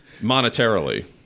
Monetarily